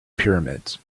pyramids